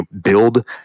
build